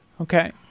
Okay